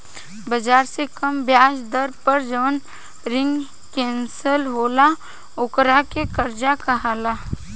बाजार से कम ब्याज दर पर जवन रिंग कंसेशनल होला ओकरा के कर्जा कहाला